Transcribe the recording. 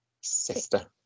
sister